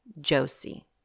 Josie